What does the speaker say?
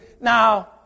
Now